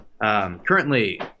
Currently